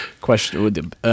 question